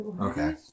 Okay